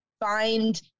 find